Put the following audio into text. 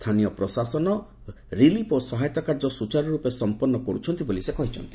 ସ୍ଥାନୀୟ ପ୍ରଶାସନ ରିଲିଫ୍ ଓ ସହାୟତା କାର୍ଯ୍ୟ ସୁଚାରୁରୂପେ ସମ୍ପନ୍ନ କରୁଛନ୍ତି ବୋଲି ସେ କହିଚ୍ଛନ୍ତି